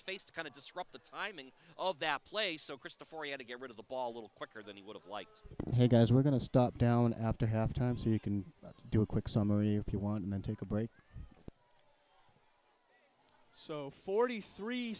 face to kind of disrupt the timing of that play so christopher had to get rid of the ball a little quicker than he would have liked the guys were going to stop down after halftime so you can do a quick summary of the one and then take a break so forty three